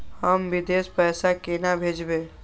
हम विदेश पैसा केना भेजबे?